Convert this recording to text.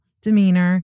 demeanor